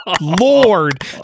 Lord